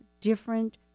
different